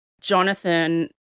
Jonathan